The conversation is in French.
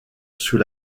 sous